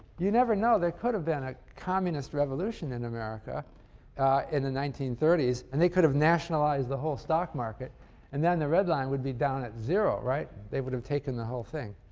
you never know, there could have been a communist revolution in america in the nineteen thirty s and they could have nationalized the whole stock market and then the red line would be down at zero they would have taken the whole thing.